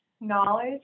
knowledge